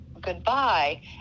goodbye